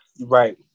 right